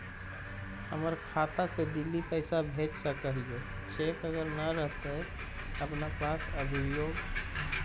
हमर खाता से दिल्ली पैसा भेज सकै छियै चेक अगर नय रहतै अपना पास अभियोग?